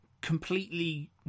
completely